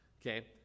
Okay